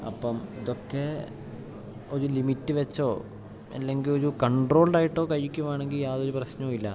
അപ്പം ഇതൊക്കെ ഒര് ലിമിറ്റ് വെച്ചോ അല്ലെങ്കിൽ ഒരു കൺട്രോൾഡായിട്ടോ കഴിക്കുവാണെങ്കിൽ യാതൊര് പ്രശ്നവും ഇല്ല